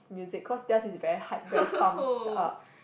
music cause theirs is very hype very pumped up